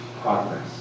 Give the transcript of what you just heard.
progress